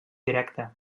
directe